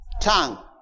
tongue